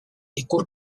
ikur